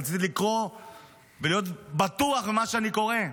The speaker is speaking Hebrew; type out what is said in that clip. רציתי לקרוא ולהיות בטוח במה שאני קורא: